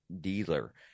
dealer